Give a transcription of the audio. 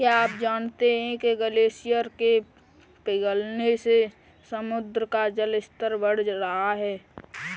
क्या आप जानते है ग्लेशियर के पिघलने से समुद्र का जल स्तर बढ़ रहा है?